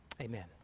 Amen